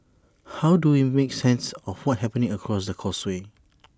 how do we make sense of what's happening across the causeway